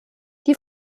die